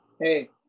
hey